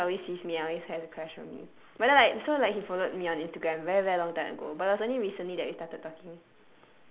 then he say he always sees me and always had a crush on me but then like so like he followed on instagram very very long time ago but it was only recently that we started talking